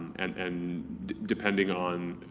and and depending on,